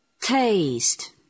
taste